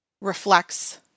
reflects